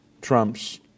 Trump's